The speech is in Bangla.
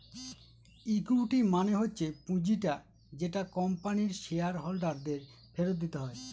ইকুইটি মানে হচ্ছে পুঁজিটা যেটা কোম্পানির শেয়ার হোল্ডার দের ফেরত দিতে হয়